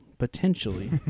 Potentially